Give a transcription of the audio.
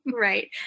Right